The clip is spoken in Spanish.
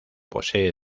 posee